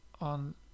on